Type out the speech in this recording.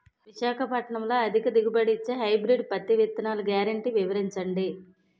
విశాఖపట్నంలో అధిక దిగుబడి ఇచ్చే హైబ్రిడ్ పత్తి విత్తనాలు గ్యారంటీ వివరించండి?